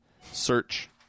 search